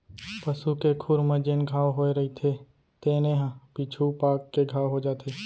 पसू के खुर म जेन घांव होए रइथे तेने ह पीछू पाक के घाव हो जाथे